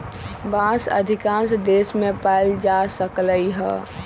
बांस अधिकांश देश मे पाएल जा सकलई ह